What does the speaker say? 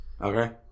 Okay